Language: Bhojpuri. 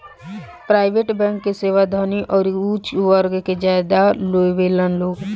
प्राइवेट बैंक के सेवा धनी अउरी ऊच वर्ग के ज्यादा लेवेलन लोग